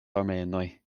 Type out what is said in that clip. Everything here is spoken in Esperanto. armenoj